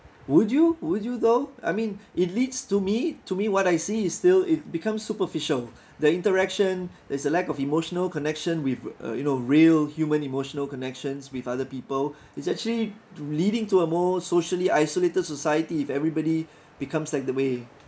would you would you though I mean it leads to me to me what I see is still it becomes superficial the interaction is a lack of emotional connection with uh you know real human emotional connections with other people it's actually to leading to a more socially isolated society if everybody becomes like the way